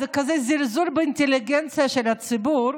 זה כזה זלזול באינטליגנציה של הציבור,